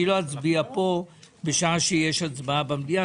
אני לא אצביע פה בשעה שיש הצבעה במליאה.